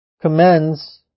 Commends